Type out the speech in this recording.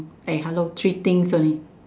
eh hello three things only